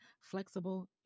flexible